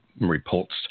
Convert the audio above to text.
repulsed